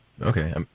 Okay